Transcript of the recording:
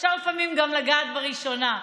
אפשר לפעמים גם לגעת בראשונה,